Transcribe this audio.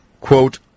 Quote